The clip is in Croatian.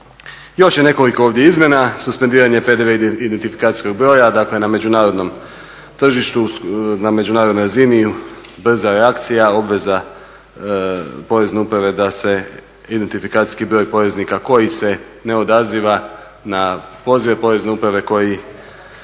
Još je nekoliko ovdje izmjena, suspendiranje PDV identifikacijskog broja, dakle na međunarodnom tržištu, na međunarodnoj razini, brza reakcija obveza Porezne uprave da se identifikacijski broj poreznika koji se ne odaziva na pozive Porezne uprave koji